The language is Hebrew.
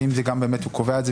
ואם הוא קובע את זה,